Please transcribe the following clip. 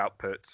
outputs